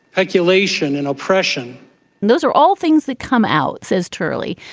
regulation and oppression those are all things that come out, says turley.